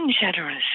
generous